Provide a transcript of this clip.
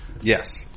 Yes